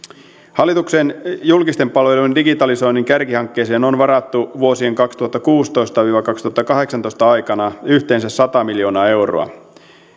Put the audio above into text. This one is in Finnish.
hallituksen julkisten palvelujen digitalisoinnin kärkihankkeeseen on varattu vuosien kaksituhattakuusitoista viiva kaksituhattakahdeksantoista aikana yhteensä sata miljoonaa euroa